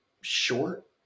short